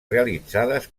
realitzades